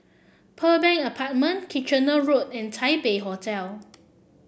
Pearl Bank Apartment Kitchener Road and Taipei Hotel